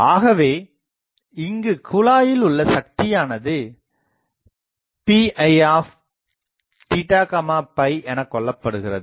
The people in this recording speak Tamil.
ஆகவே இங்குக் குழாயில் உள்ள சக்தியானது Pi எனகொள்ளப்படுகிறது